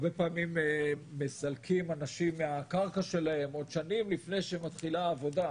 הרבה פעמים מסלקים אנשים מהקרקע שלהם עוד שנים לפני שמתחילה העבודה,